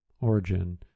origin